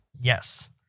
Yes